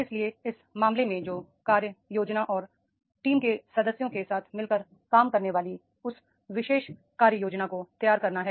इसलिए इस मामले में जो कार्य योजना और टीम के सदस्यों के साथ मिलकर काम करने वाली उस विशेष कार्य योजना को तैयार करना है